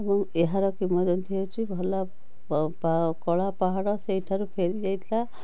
ଏବଂ ଏହାର କିମ୍ବଦନ୍ତୀ ହେଉଛି ଭଲ କଳାପାହାଡ଼ ସେଇଠାରୁ ଫେରିଯାଇଥିଲା